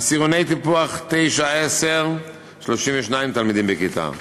עשירוני טיפוח 9 10, 32 תלמידים בכיתה,